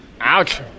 ouch